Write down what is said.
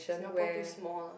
Singapore too small lah